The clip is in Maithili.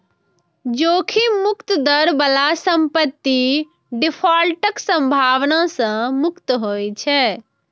जोखिम मुक्त दर बला संपत्ति डिफॉल्टक संभावना सं मुक्त होइ छै